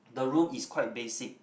the room is quite basic